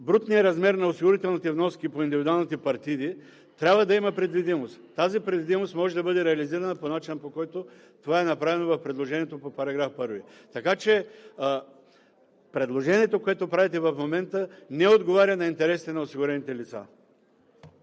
брутният размер на осигурителните вноски по индивидуалните партиди, трябва да има предвидимост. Тази предвидимост може да бъде реализирана по начина, по който това е направено в предложението по § 1. Така че предложението, което правите в момента, не отговаря на интересите на осигурените лица.